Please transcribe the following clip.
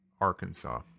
Arkansas